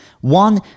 One